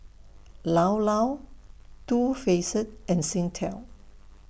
Llao Llao Too Faced and Singtel